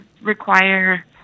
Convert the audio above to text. require